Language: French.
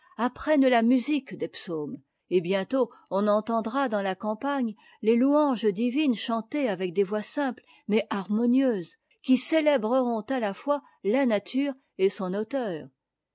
apprennent la musique des psaumes et bientôt on entendra dans la campagne les louanges divines chantées avec des voix simples mais harmonieuses qui célébreront à la fois la nature et son auteur